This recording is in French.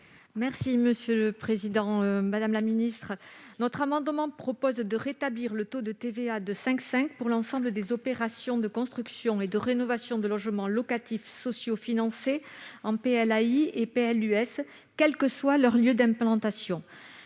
présenter l'amendement n° I-237. Notre amendement tend à rétablir le taux de TVA de 5,5 % pour l'ensemble des opérations de construction et de rénovation de logements locatifs sociaux financés en PLAI et PLUS, quel que soit leur lieu d'implantation.